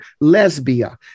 Lesbia